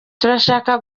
turashaka